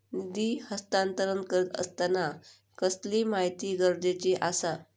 निधी हस्तांतरण करीत आसताना कसली माहिती गरजेची आसा?